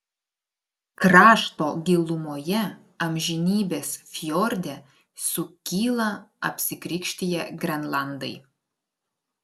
krašto gilumoje amžinybės fjorde sukyla apsikrikštiję grenlandai